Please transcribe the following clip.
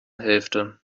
hälfte